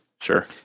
Sure